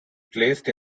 placed